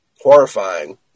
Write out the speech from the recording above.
Horrifying